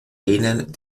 denen